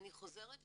אני חוזרת ואומרת,